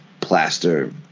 plaster